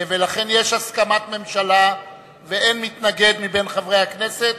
ולכן יש הסכמת ממשלה ואין מתנגד מבין חברי הכנסת.